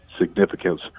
significance